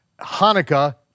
Hanukkah